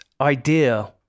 idea